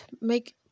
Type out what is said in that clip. make